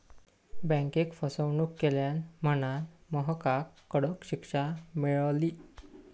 बँकेक फसवणूक केल्यान म्हणांन महकाक कडक शिक्षा मेळली